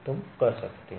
तुम कर सकते हो